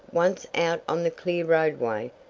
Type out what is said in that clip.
once out on the clear roadway,